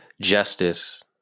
justice